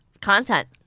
Content